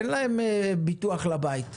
אין להם ביטוח לבית,